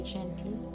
gently